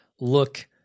look